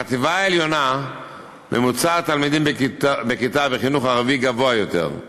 בחטיבה העליונה ממוצע התלמידים בכיתה בחינוך הערבי גבוה יותר,